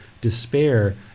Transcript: despair